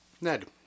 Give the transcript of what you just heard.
Ned